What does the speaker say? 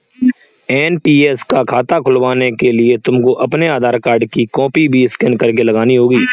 NPS का खाता खुलवाने के लिए तुमको अपने आधार कार्ड की कॉपी भी स्कैन करके लगानी होगी